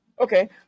okay